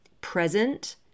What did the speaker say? present